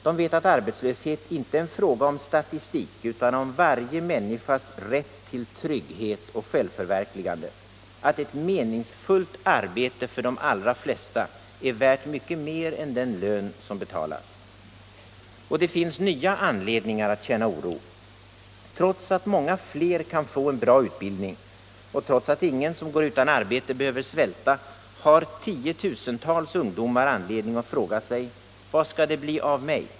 De vet att arbetslöshet inte är en fråga om statistik utan om varje människas rätt till trygghet och självförverkligande, att ett meningsfullt arbete för de allra flesta är värt mycket mer än den lön som betalas. Det finns nya anledningar att känna oro. Trots att många fler kan få en bra utbildning och trots att ingen som går utan arbete behöver svälta har 10 000-tals ungdomar anledning att fråga sig: Vad skall det bli av mig?